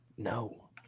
No